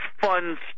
fun